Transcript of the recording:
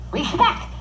Respect